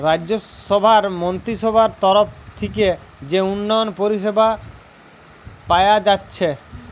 রাজ্যসভার মন্ত্রীসভার তরফ থিকে যে উন্নয়ন পরিষেবা পায়া যাচ্ছে